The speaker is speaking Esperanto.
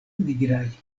nigraj